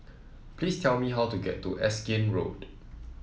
please tell me how to get to Erskine Road